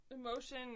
Emotion